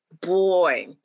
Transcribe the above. boy